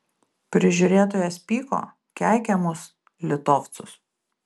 prižiūrėtojas pyko keikė mus litovcus